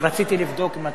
1